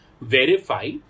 verify